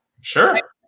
Sure